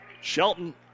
Shelton